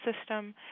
system